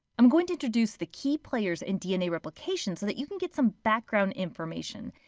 i'm going to introduce the key players in dna replication so that you can get some background information.